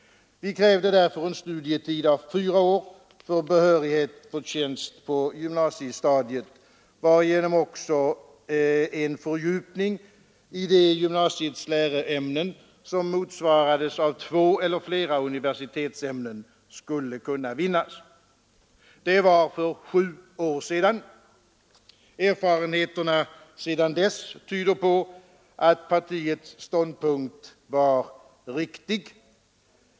Vi krävde därför en studietid av fyra år för behörighet för tjänst på gymnasiestadiet, varigenom också en fördjupning i de gymnasiets läroämnen som motsvarades av två eller flera universitetsämnen skulle kunna vinnas. Det var för sju år sedan. Erfarenheterna sedan dess tyder på att partiets ståndpunkt var riktig.